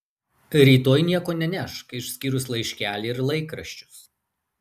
rytoj nieko nenešk išskyrus laiškelį ir laikraščius